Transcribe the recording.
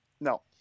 No